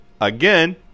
again